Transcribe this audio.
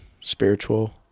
spiritual